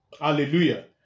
Hallelujah